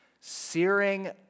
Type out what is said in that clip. searing